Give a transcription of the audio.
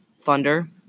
Thunder